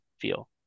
feel